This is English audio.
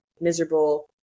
miserable